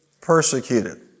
persecuted